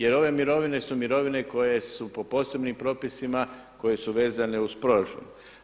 Jer ove mirovine su mirovine koje su po posebnim propisima, koje su vezane uz proračun.